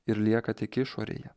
ir lieka tik išorėje